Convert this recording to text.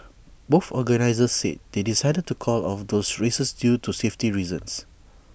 both organisers said they decided to call off those races due to safety reasons